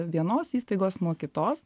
vienos įstaigos nuo kitos